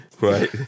right